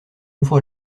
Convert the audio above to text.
ouvre